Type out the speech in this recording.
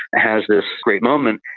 has this great moment,